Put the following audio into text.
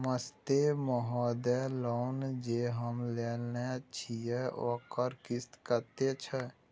नमस्ते महोदय, लोन जे हम लेने छिये ओकर किस्त कत्ते छै?